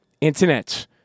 Internet